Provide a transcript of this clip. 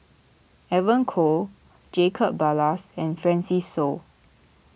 Evon Kow Jacob Ballas and Francis Seow